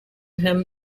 him